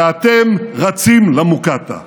ואתם רצים למוקטעה.